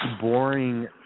boring